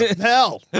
Hell